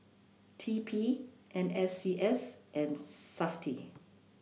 T P N S C S and Safti